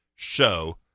Show